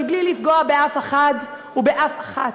מבלי לפגוע באף אחד ובאף אחת,